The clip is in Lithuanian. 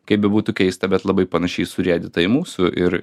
kaip bebūtų keista bet labai panašiai surėdyta į mūsų ir